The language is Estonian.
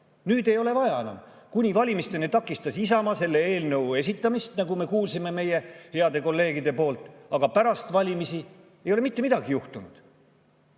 nüüd ei ole enam vaja. Kuni valimisteni takistas Isamaa selle eelnõu esitamist, nagu me kuulsime meie heade kolleegide suust, kuid pärast valimisi ei ole mitte midagi juhtunud.